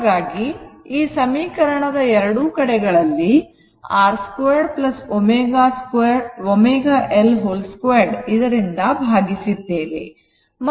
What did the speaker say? ಹಾಗಾಗಿ ಈ ಸಮೀಕರಣದ 2 ಕಡೆಗಳಲ್ಲಿ √ R 2 ω L 2 ಇದರಿಂದ ಭಾವಿಸಿದ್ದೇವೆ